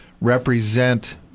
represent